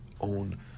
own